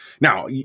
now